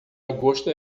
agosto